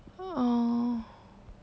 ah